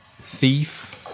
Thief